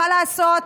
מה לעשות?